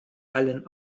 allen